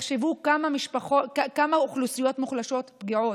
תחשבו כמה האוכלוסיות המוחלשות פגיעות.